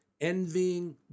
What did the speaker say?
Envying